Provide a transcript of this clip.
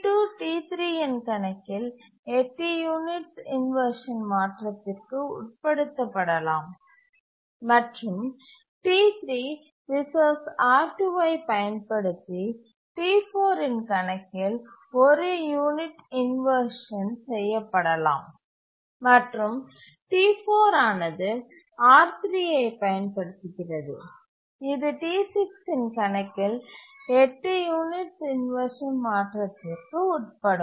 T2 T3 இன் கணக்கில் 8 units inversion மாற்றத்திற்கு உட்படுத்தப்படலாம் மற்றும் T3 வள R2 ஐப் பயன்படுத்தி T4 இன் கணக்கில் 1 யூனிட் இன்வர்ஷன் செய்யப்படலாம் மற்றும் T4 ஆனது R3 ஐப் பயன்படுத்துகிறது இது T6 இன் கணக்கில் 8 யூனிட்ஸ் இன்வர்ஷன் மாற்றத்திற்கு உட்படும்